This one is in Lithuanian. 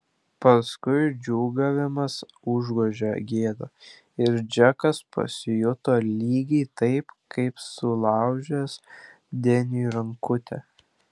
paskui džiūgavimą užgožė gėda ir džekas pasijuto lygiai taip kaip sulaužęs deniui rankutę